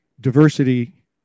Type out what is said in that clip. diversity